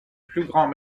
grands